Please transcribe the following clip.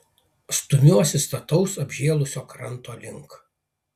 stumiuosi stataus apžėlusio kranto link